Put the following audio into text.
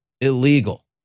illegal